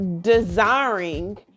desiring